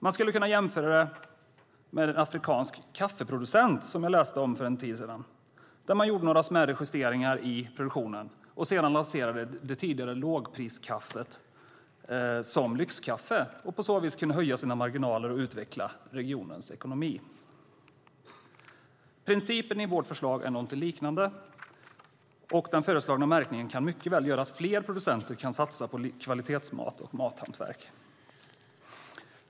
Man skulle kunna jämföra det med en afrikansk kaffeproducent som jag läste om för en tid sedan. Man gjorde några smärre justeringar i produktionen och sedan lanserade man det tidigare lågpriskaffet som lyxkaffe. På så sätt kunde man höja sina marginaler och utveckla regionens ekonomi. Principen i vårt förslag är något liknande, och den föreslagna märkningen kan mycket väl göra att fler producenter kan satsa på kvalitetsmat och mathantverk.